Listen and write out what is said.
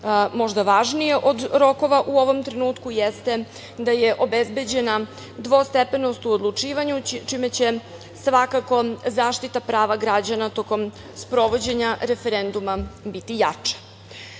možda važnije od rokova u ovom trenutku, jeste da je obezbeđena dvostepenost u odlučivanju, čime će svakako zaštita prava građana tokom sprovođenja referenduma biti jača. Želim